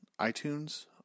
itunes